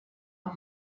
amb